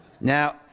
Now